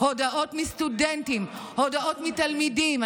הודעות מסטודנטים, הודעות מתלמידים.